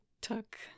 took